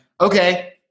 okay